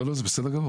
לא, זה בסדר גמור.